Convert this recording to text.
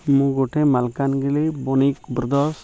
ମୁଁ ଗୋଟେ ମାଲକାନଗିରି ବନିକ ବୃଦ୍ଦ